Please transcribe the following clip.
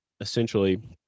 essentially